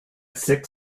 six